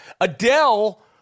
Adele